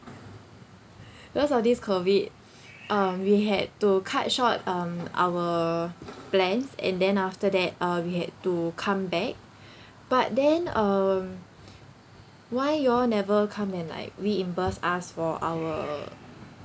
because of this COVID uh we had to cut short um our plans and then after that uh we had to come back but then um why you all never come and like reimburse us for our